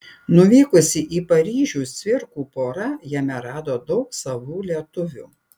nuvykusi į paryžių cvirkų pora jame rado daug savų lietuvių